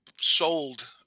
sold